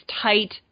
tight